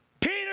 Peter